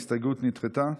ההסתייגות נדחתה.